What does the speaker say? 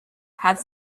had